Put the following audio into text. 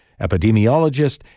epidemiologist